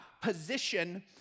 position